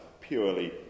purely